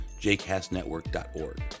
jcastnetwork.org